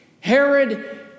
Herod